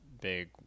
big –